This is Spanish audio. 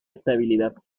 estabilidad